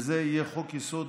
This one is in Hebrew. וזה יהיה חוק-היסוד